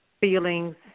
feelings